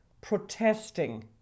protesting